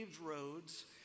roads